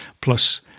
plus